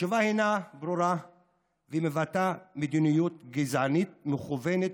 התשובה ברורה ומבטאת מדיניות גזענית מכוונת